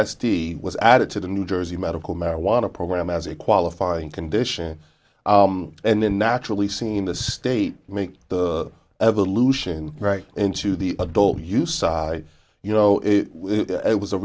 s d was added to the new jersey medical marijuana program as a qualifying condition and then naturally seen the state make evolution right into the adult use you know it was a